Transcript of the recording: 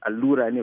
Alura